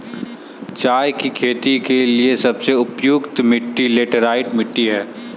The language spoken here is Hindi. चाय की खेती के लिए सबसे उपयुक्त मिट्टी लैटराइट मिट्टी है